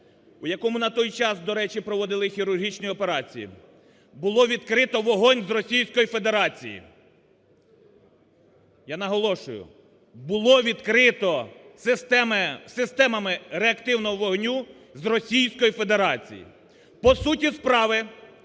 у якому на той час, до речі, проводили хірургічні операції, було відкрито вогонь з Російської Федерації. Я наголошую: було відкрито системами реактивного вогню з Російської Федерації! По суті справи